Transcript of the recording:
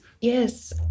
Yes